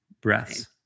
breaths